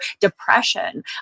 depression